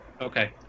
Okay